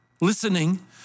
listening